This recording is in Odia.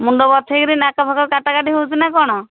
ମୁଣ୍ଡ ବଥେଇକିରି ନାକ ଫାକ କାଟାକାଟି ହଉଛି ନା କ'ଣ